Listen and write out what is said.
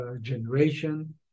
generation